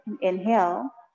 Inhale